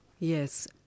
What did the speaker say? Yes